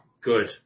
good